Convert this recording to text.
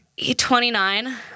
29